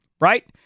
right